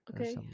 Okay